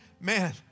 man